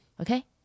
Okay